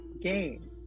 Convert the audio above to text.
game